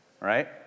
right